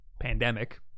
pandemic